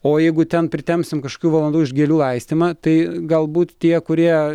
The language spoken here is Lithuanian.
o jeigu ten pritempsim kažkių valandų už gėlių laistymą tai galbūt tie kurie